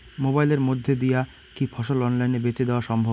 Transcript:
মোবাইলের মইধ্যে দিয়া কি ফসল অনলাইনে বেঁচে দেওয়া সম্ভব?